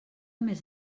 més